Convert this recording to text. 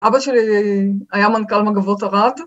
אבא שלי היה מנכ״ל מגבות ערד.